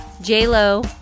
J-Lo